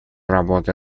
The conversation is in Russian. работы